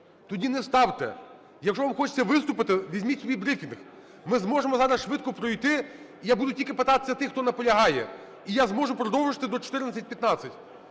тоді не ставте; якщо вам хочеться виступити, візьміть свій брифінг. Ми зможемо зараз швидко пройти. Я буду тільки питатися тих, хто наполягає. І я зможу продовжити до 14:15.